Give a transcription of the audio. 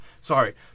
Sorry